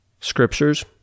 scriptures